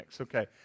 okay